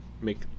Make